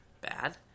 Bad